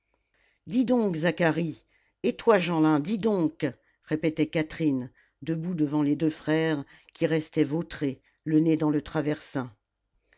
donc zacharie et toi jeanlin dis donc répétait catherine debout devant les deux frères qui restaient vautrés le nez dans le traversin